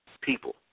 People